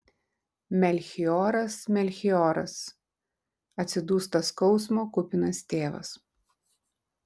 melchioras melchioras atsidūsta skausmo kupinas tėvas